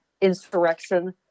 insurrection